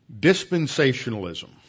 Dispensationalism